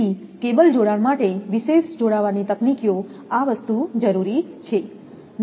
તેથી કેબલ જોડાણ માટે વિશેષ જોડાવાની તકનીકીઓ આ વસ્તુ જરૂરી છે